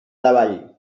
davall